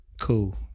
cool